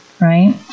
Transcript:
Right